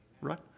Right